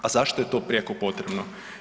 A zašto je to prijeko potrebno?